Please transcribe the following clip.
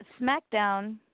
Smackdown